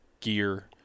gear